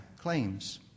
claims